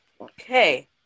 Okay